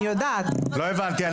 אני יודעת --- לא הבנתי,